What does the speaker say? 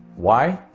why?